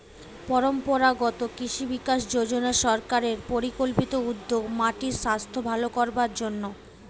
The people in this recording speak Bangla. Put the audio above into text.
পরম্পরাগত কৃষি বিকাশ যজনা সরকারের পরিকল্পিত উদ্যোগ মাটির সাস্থ ভালো করবার জন্যে